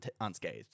unscathed